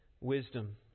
wisdom